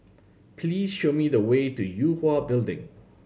please show me the way to Yue Hwa Building